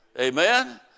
Amen